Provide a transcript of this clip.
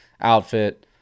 outfit